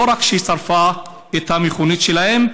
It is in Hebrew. לא רק שהיא שרפה את המכונית שלהם,